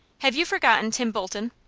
have you forgotten tim bolton?